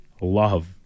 love